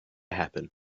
happen